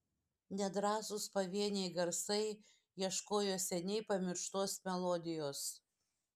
nedrąsūs pavieniai garsai ieškojo seniai pamirštos melodijos